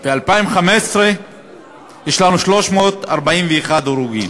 ב-2015 יש לנו 341 הרוגים.